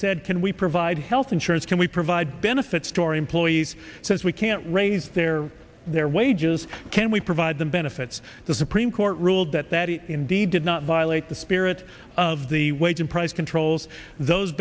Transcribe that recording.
said can we provide health insurance can we provide benefits store employees says we can't raise their their wages can we provide the benefits the supreme court ruled that that it indeed did not violate the spirit of the wage and price controls those